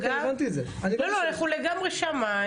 אנחנו לגמרי שמה,